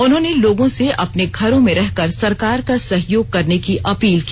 उन्होंने लोगों से अपने घरों में रहकर सरकार का सहयोग करने की अपील की